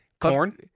corn